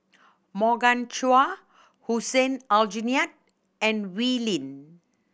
Morgan Chua Hussein Aljunied and Wee Lin